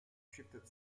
shifted